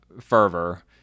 fervor